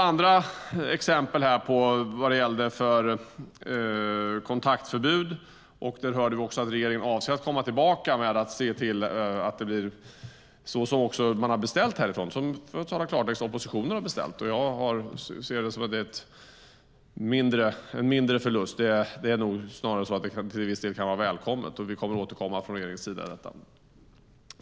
Andra exempel var uppe när det gällde kontaktförbud, och vi hörde att regeringen avser att återkomma när det gäller att se till att det blir så som man har beställt härifrån. För att tala klarspråk är det oppositionen som har beställt det. Jag ser detta som en mindre förlust, för det är nog snarare så att det här till viss del kan vara välkommet. Vi kommer att återkomma från regeringens sida när det gäller detta.